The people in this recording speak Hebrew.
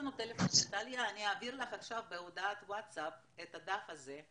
אני אעביר לך עכשיו בהודעת ווטסאפ את הדף הזה,